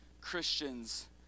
Christians